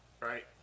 Right